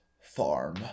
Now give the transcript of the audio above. farm